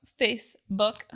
Facebook